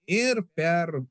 ir per